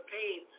pain